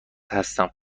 هستم